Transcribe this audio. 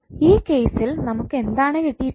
ഈ കേസിൽ നമുക്ക് എന്താണ് കിട്ടിയിട്ടുള്ളത്